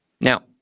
Now